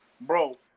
Bro